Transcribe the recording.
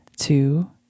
Two